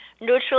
neutral